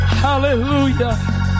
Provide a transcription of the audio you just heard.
hallelujah